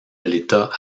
l’état